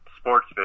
sports